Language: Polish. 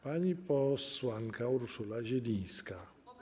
Pani posłanka Urszula Zielińska.